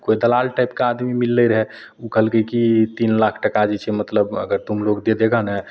कोइ दलाल टाइपके आदमी मिललै रहए ओ कहलकै कि तीन लाख टका जे छै मतलब अगर तुमलोग दे देगा ने